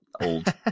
old